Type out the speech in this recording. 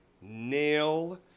nail